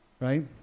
right